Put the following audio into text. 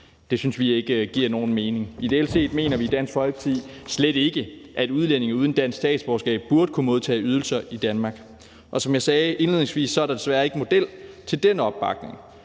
Det synes vi ikke giver nogen mening at de kan. I Dansk Folkeparti mener vi, at udlændinge uden dansk statsborgerskab ideelt set slet ikke burde kunne modtage ydelser i Danmark. Og som jeg sagde indledningsvis, er der desværre ikke opbakning